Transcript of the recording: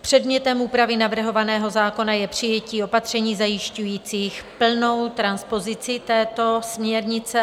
Předmětem úpravy navrhovaného zákona je přijetí opatření zajišťujících plnou transpozici této směrnice.